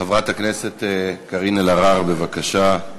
חברת הכנסת קארין אלהרר, בבקשה.